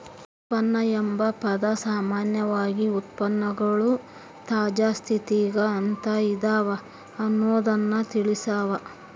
ಉತ್ಪನ್ನ ಎಂಬ ಪದ ಸಾಮಾನ್ಯವಾಗಿ ಉತ್ಪನ್ನಗಳು ತಾಜಾ ಸ್ಥಿತಿಗ ಅಂತ ಇದವ ಅನ್ನೊದ್ದನ್ನ ತಿಳಸ್ಸಾವ